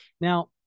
Now